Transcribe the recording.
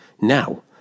Now